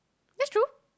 that's true